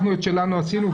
אנחנו את שלנו עשינו.